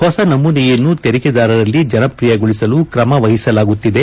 ಹೊಸ ನಮೂನೆಯನ್ನು ತೆರಿಗೆದಾರರಲ್ಲಿ ಜನಪ್ರಿಯಗೊಳಿಸಲು ಕ್ರಮ ವಹಿಸಲಾಗುತ್ತಿದೆ